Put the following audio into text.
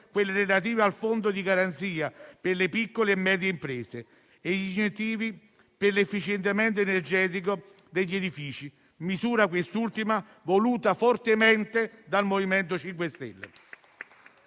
quelle relative al Fondo di garanzia per le piccole e medie imprese e gli incentivi per l'efficientamento energetico degli edifici, misura quest'ultima voluta fortemente dal Movimento 5 Stelle.